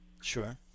Sure